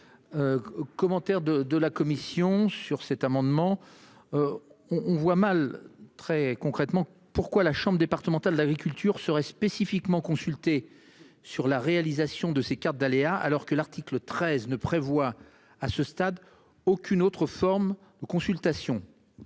Commentaire de de la commission sur cet amendement. On, on voit mal. Très concrètement pourquoi la chambre départementale d'agriculture serait spécifiquement consulter sur la réalisation de ces cartes d'aléas. Alors que l'article 13 ne prévoit à ce stade aucune autre forme de consultation.